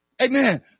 Amen